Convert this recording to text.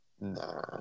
Nah